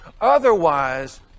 Otherwise